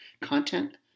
content